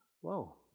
whoa